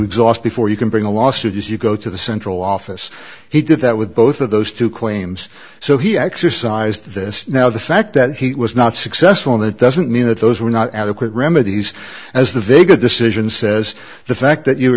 exhaust before you can bring a lawsuit as you go to the central office he did that with both of those two claims so he axes sized this now the fact that he was not successful that doesn't mean that those were not adequate remedies as the vega decision says the fact that